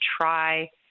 try